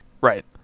Right